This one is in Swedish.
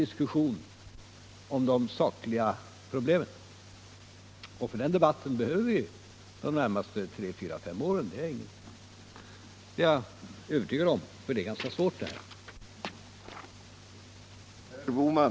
Eftersom detta är ganska svåra problem är jag övertygad om att vi behöver de närmaste fyra fem åren för en sådan diskussion.